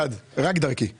אביעד, רק דרכי.